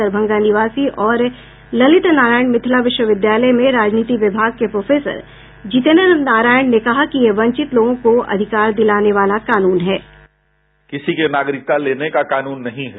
दरभंगा निवासी और ललित नारायण मिथिला विश्वविद्यालय में राजनीति विभाग के प्रोफेसर जितेन्द्र नारायण ने कहा कि यह वंचित लोगों को अधिकार दिलाने वाला कानून है बाईट किसी का नागरिकता लेने का कानून नहीं है